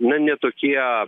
na tokie